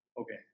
Okay